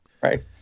Right